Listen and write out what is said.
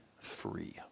free